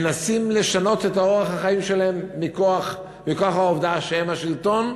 מנסים לשנות את אורח החיים שלהם מכוח העובדה שהם השלטון,